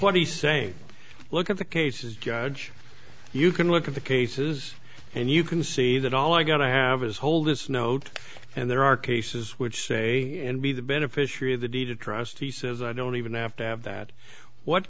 what he's saying look at the cases judge you can look at the cases and you can see that all i got to have is hold this note and there are cases which say and be the beneficiary of the deed of trust he says i don't even have to have that what